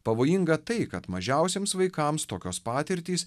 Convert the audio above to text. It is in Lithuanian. pavojinga tai kad mažiausiems vaikams tokios patirtys